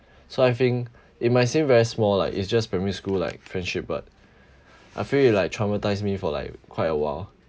so I think it might seem very small like it's just primary school like friendship but I feel it like traumatise me for like quite a while